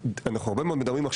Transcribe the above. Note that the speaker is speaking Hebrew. אנחנו מדברים הרבה מאוד עכשיו,